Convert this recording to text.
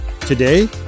Today